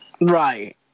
Right